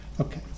Okay